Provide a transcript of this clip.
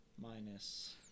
minus